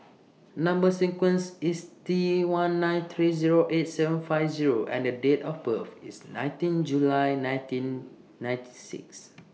Number sequence IS T one nine three Zero eight seven five Zero and The Date of birth IS nineteen July nineteen ninety six